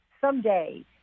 someday